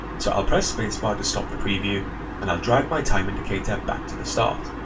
so i'll press space bar to stop the preview and i'll drive my time indicator back to the start.